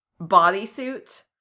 bodysuit